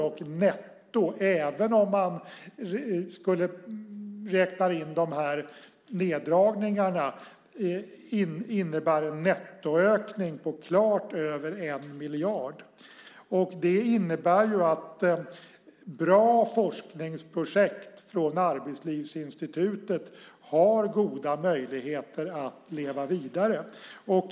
Och även om man räknar in dessa neddragningar innebär det en nettoökning på klart över 1 miljard. Det innebär att bra forskningsprojekt från Arbetslivsinstitutet har goda möjligheter att leva vidare.